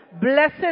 Blessed